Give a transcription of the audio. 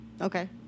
Okay